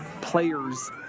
players